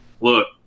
look